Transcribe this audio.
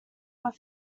were